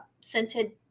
scented